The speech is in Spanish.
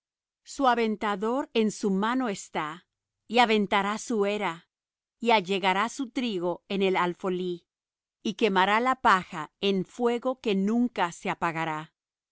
su aventador en su mano está y aventará su era y allegará su trigo en el alfolí y quemará la paja en fuego que nunca se apagará